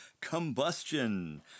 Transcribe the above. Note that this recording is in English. Combustion